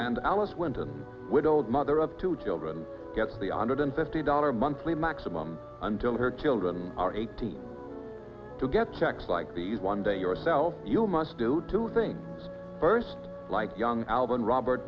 and alice winton widowed mother of two children gets the underdone fifty dollar monthly maximum until her children are eighteen to get checks like these one day yourself you must do two things first like young album robert